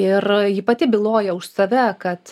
ir ji pati byloja už save kad